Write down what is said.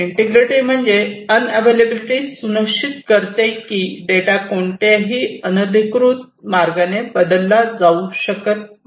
integrity म्हणजे availability सुनिश्चित करते की डेटा कोणत्याही अनधिकृत मार्गाने बदलला जाऊ शकत नाही